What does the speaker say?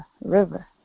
river